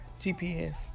GPS